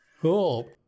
Cool